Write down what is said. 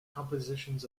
compositions